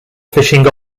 fishing